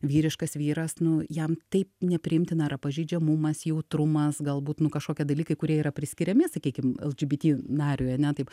vyriškas vyras nu jam taip nepriimtina yra pažeidžiamumas jautrumas galbūt nu kažkokie dalykai kurie yra priskiriami sakykim lgbt nariui ane taip